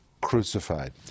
crucified